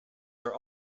are